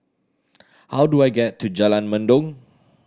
how do I get to Jalan Mendong